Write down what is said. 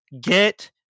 Get